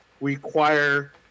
require